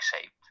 shaped